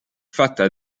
fatta